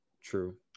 True